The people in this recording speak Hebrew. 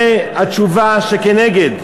זה התשובה שכנגד.